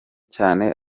cyane